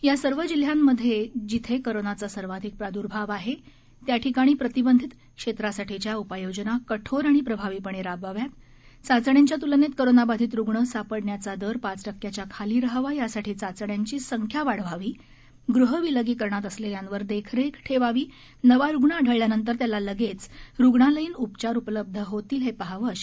या सर्व जिल्ह्यांमधे जिथे कोरोनाचा सर्वाधिक प्राद्भाव आहे त्या त्या ठिकाणी प्रतिबंधित क्षेत्रासाठीच्या उपाययोजना कठेर आणि प्रभावीपणे राबवाव्यात चाचण्यांच्या तुलनेत कोरोनाबाधित रुग्ण सापडण्याचा दर पाच टक्क्याच्या खाली राहावा यासाठी चाचण्यांची संख्या वाढवावी गृह विलगीकरणात असलेल्यांवर देखरेख ठेवावी नवा रुग्ण आढळल्यानंतर त्याला लागलीच रुग्णालयीन उपचार उपलब्ध होतील हे पहावं अशा सूचना राजेश भूषण यांनी दिल्या आहेत